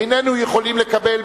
איננו יכולים לקבל,